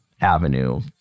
avenue